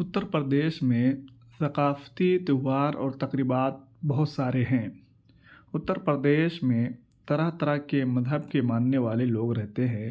اتّر پردیش میں ثقافتی تیوہار اور تقریبات بہت سارے ہیں اتّر پردیش میں طرح طرح کے مذہب کے ماننے والے لوگ رہتے ہیں